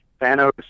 Thanos